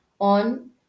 on